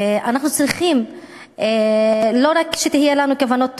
ואנחנו צריכים לא רק שיהיו לנו כוונות טובות,